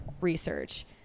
research